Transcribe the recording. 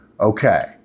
okay